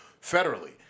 federally